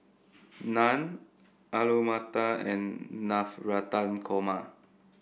Naan Alu Matar and Navratan Korma